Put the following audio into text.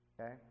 Okay